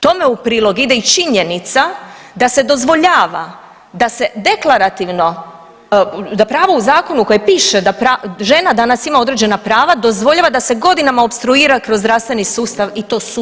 Tome u prilog ide i činjenica da se dozvoljava da se deklarativno, da pravo u zakonu koje piše da žena danas ima određena prava dozvoljava da se godinama opstruira kroz zdravstveni sustav i to sustavno.